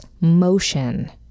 motion